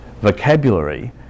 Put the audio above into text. vocabulary